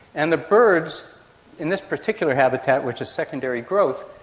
and the birds in this particular habitat, which is secondary growth,